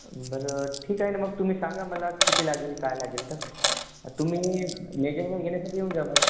बरं ठीक आहे न मग तुम्ही सांगा मला किती लागेल काय लागेल तर तुम्ही मेजरमेंट घेण्यासाठी येऊन जा मग